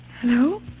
Hello